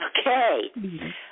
Okay